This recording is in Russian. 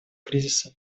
кризиса